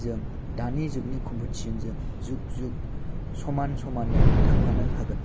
जों दानि जुगनि कमपिटिसनजों जुग जुग समान समानै थांफानो हागोन